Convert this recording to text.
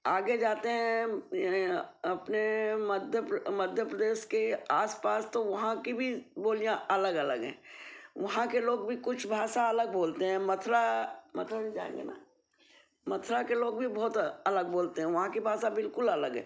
आगे जाते हैं अपने मध्य मध्य प्रदेश के आसपास तो वहाँ कि भी बोलियाँ अलग अलग हैं वहाँ के लोग भी कुछ भाषा अलग बोलते हैं मथुरा मथुरा के लोग भी बहुत अलग बोलते हैं वहाँ कि भाषा बिल्कुल अलग है